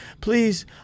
please